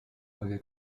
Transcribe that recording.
qualche